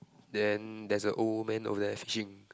then there is a old man over there fishing